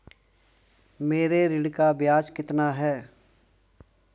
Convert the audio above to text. मेरे ऋण का ब्याज कितना है?